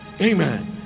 Amen